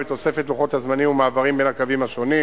בתוספת לוחות הזמנים ומעברים בין הקווים השונים.